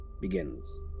begins